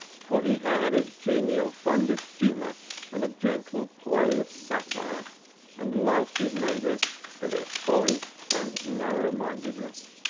for he had a genial fund of humor and a gentle play of satire and loved his neighbors for their folly and narrowmindedness.